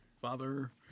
Father